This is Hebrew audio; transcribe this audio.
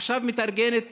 עכשיו מתארגנות